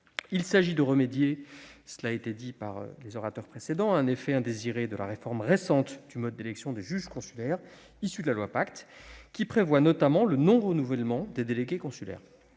il s'agit de remédier à un effet indésiré de la réforme récente du mode d'élection des juges consulaires issue de la loi Pacte, qui prévoit notamment le non-renouvellement des délégués consulaires.